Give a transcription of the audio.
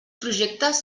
projectes